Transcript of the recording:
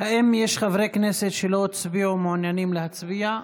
האם יש חברי כנסת שלא הצביעו ומעוניינים להצביע?